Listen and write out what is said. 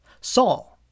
Saul